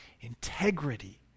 integrity